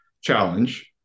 challenge